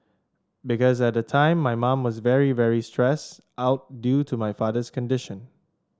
because at the time my mum was very very stressed out due to my father's condition